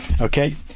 okay